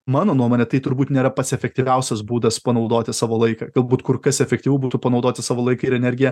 mano nuomone tai turbūt nėra pats efektyviausias būdas panaudoti savo laiką galbūt kur kas efektyviau būtų panaudoti savo laiką ir energiją